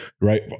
right